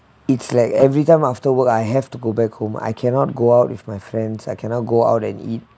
it's like everytime after work I have to go back home I cannot go out with my friends I cannot go out and eat